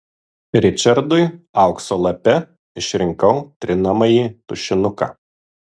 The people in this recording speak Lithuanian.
ričardui aukso lape išrinkau trinamąjį tušinuką